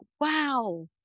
wow